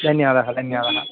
धन्यवादः धन्यवादः